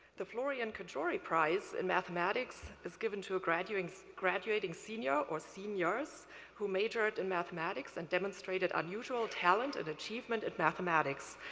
the florian cajori prize in mathematics is given to a graduating graduating senior or seniors who majored in mathematics and demonstrated unusual talent and achievement in and mathematics.